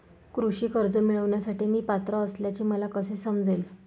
कृषी कर्ज मिळविण्यासाठी मी पात्र असल्याचे मला कसे समजेल?